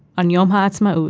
on yom ha'atzmaut,